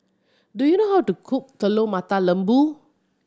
do you know how to cook Telur Mata Lembu